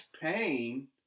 pain